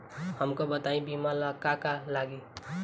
हमका बताई बीमा ला का का लागी?